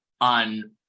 on